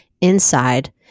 inside